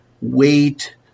weight